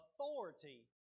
authority